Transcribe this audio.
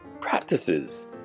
practices